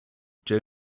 joe